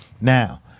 Now